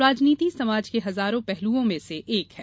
राजनीति समाज के हजारों पहलुओं में से एक है